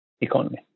economy